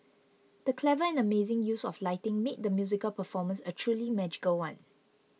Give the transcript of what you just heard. the clever and amazing use of lighting made the musical performance a truly magical one